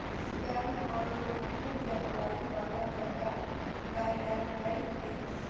गर्म औरो ठन्डे जलवायु वाला जगह पर हबैय हइ